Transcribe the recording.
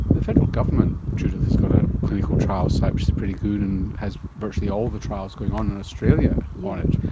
the federal government, judith, has got a clinical trial site which is pretty good and has virtually all the trials going on in australia on it.